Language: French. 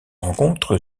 rencontre